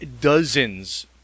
dozens